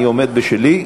אני עומד על שלי.